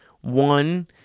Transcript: one